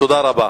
תודה רבה.